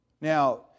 Now